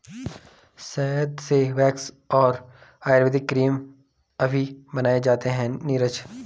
शहद से वैक्स और आयुर्वेदिक क्रीम अभी बनाए जाते हैं नीरज